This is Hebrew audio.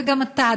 וגם אתה,